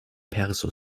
perso